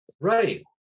Right